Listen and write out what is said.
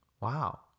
Wow